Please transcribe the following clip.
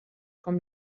com